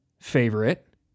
favorite